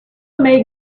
make